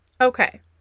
Okay